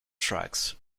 tracks